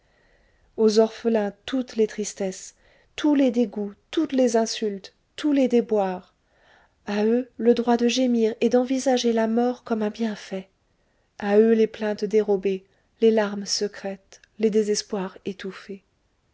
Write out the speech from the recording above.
aux orphelins toutes les tristesses tous les dégoûts toutes les insultes tous les déboires à eux le droit de gémir et d'envisager la mort comme un bienfait à eux les plaintes dérobées les larmes secrètes les désespoirs étouffés